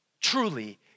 truly